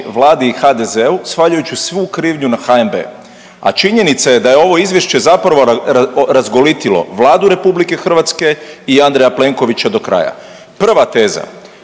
Vladi i HDZ-u svaljujući svu krivnju na HNB, a činjenica je da je ovo izvješće zapravo razgolitilo Vladu RH i Andreja Plenkovića dokraja. Prva teza